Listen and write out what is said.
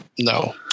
no